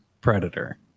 Predator